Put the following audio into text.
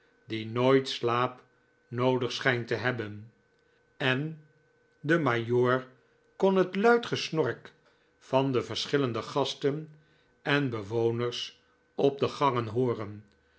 die nooit slaap noodig schijnt te hebben en de i majoor kon het luid gesnork van de verschillende gasten en bewoners op de gangen hooreti